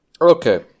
Okay